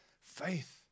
Faith